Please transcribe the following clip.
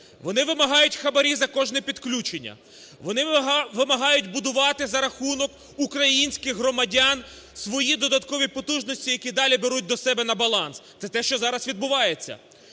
вони вимагають хабарі за кожне підключення, вони вимагають будувати за рахунок українських громадян свої додаткові потужності, які далі беруть до себе на баланс. Це те, що зараз відбувається.